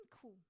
Cool